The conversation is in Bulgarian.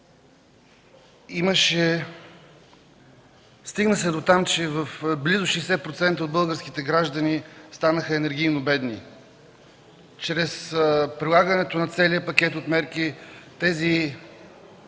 това. Стигна се до там, че близо 60% от българските граждани станаха енергийно бедни. Чрез прилагането на целия пакет от мерки голяма